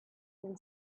can